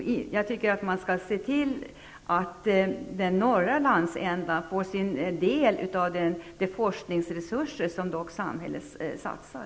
Man skall se till att den norra landsändan får sin del av de forskningsresurser som samhället dock satsar.